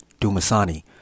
Dumasani